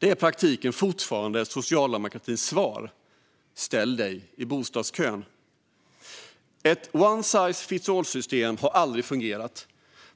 Det är i praktiken fortfarande socialdemokratins svar: Ställ dig i bostadskön! One size fits all har aldrig fungerat.